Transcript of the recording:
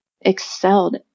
excelled